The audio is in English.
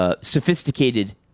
sophisticated